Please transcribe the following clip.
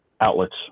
outlets